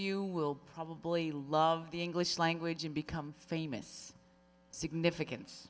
you will probably love the english language and become famous significance